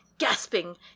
gasping